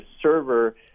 server